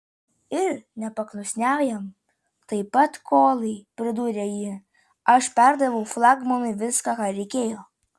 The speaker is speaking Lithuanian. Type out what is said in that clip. ir nepaklusniajam taip pat kolai pridūrė ji aš perdaviau flagmanui viską ką reikėjo